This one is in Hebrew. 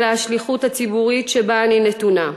אלא השליחות הציבורית שבה אני נתונה,